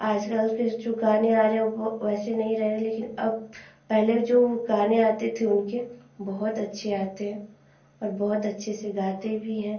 आजकल के जो गाने आ रहे वह वैसे नहीं रहे लेकिन अब पहले जो गाने आते थे उनके बहुत अच्छे आते हैं और बहुत अच्छे से गाते भी हैं